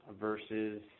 versus